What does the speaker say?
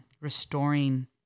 restoring